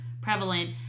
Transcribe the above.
prevalent